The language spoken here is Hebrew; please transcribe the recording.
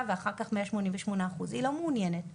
ואחר כך 188%. היא לא מעוניינת לעזוב,